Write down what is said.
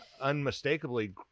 unmistakably